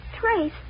Trace